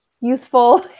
youthful